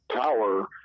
power